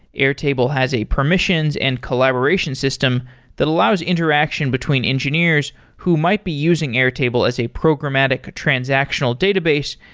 airtable has a permissions and collaboration system that allows interaction between engineers who might be using airtable as a programmatic transactional database,